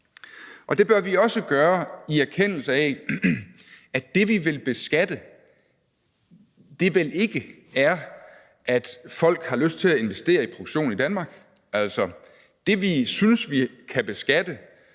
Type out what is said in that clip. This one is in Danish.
Det bør vi også gøre i erkendelse af, at det, vi vil beskatte, vel ikke er, at folk har lyst til at investere i produktion i Danmark. Altså, det, vi synes, vi kan beskatte,